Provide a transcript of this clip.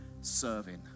serving